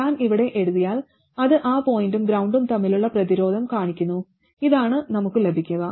ഞാൻ ഇവിടെ എഴുതിയാൽ അത് ആ പോയിന്റും ഗ്രൌണ്ടും തമ്മിലുള്ള പ്രതിരോധം കാണിക്കുന്നു ഇതാണ് നമുക്ക് ലഭിക്കുക